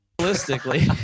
Realistically